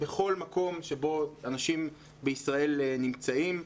בכל מקום שבו אנשים בישראל נמצאים.